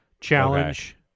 challenge